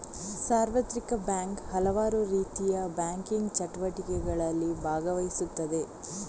ಸಾರ್ವತ್ರಿಕ ಬ್ಯಾಂಕು ಹಲವಾರುರೀತಿಯ ಬ್ಯಾಂಕಿಂಗ್ ಚಟುವಟಿಕೆಗಳಲ್ಲಿ ಭಾಗವಹಿಸುತ್ತದೆ